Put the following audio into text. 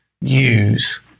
use